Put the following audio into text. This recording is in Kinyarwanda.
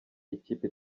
ikipe